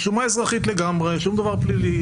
שומה אזרחית לגמרי, שום דבר פלילי.